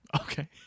Okay